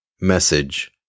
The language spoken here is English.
message